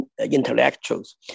intellectuals